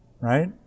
right